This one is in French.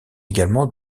également